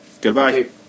Goodbye